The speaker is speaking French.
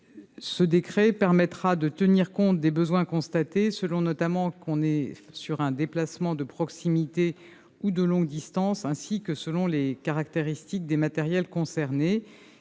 de l'obligation en tenant compte des besoins constatés selon notamment qu'il s'agit d'un déplacement de proximité ou de longue distance, ainsi que des caractéristiques des matériels concernés.